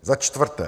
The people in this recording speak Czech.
Za čtvrté.